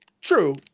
True